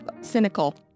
cynical